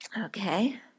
Okay